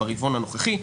ברבעון הנוכחי,